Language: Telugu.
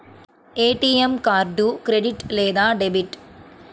ఏ.టీ.ఎం కార్డు క్రెడిట్ లేదా డెబిట్?